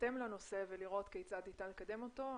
להירתם לנושא ולראות כיצד ניתן לקדם אותו.